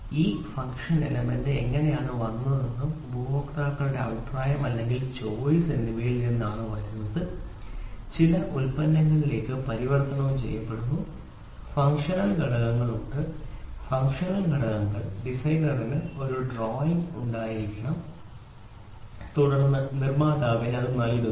ഈ function element എങ്ങനെയാണ് വന്നത് ഉപഭോക്താക്കളുടെ അഭിപ്രായം ഉപഭോക്തൃ അഭിപ്രായം അല്ലെങ്കിൽ ചോയ്സ് എന്നിവയിൽ നിന്നാണ് വന്നത് ചില ഉൽപ്പന്നങ്ങളിലേക്ക് പരിവർത്തനം ചെയ്തു ഫംഗ്ഷണൽ ഘടകങ്ങൾ ഉണ്ട് ഫംഗ്ഷണൽ ഘടകങ്ങൾ ഡിസൈനറിന് ഒരു ഡ്രോയിംഗ് ഉണ്ടായിരിക്കണം തുടർന്ന് നിർമ്മാതാവിന് അത് നൽകുന്നു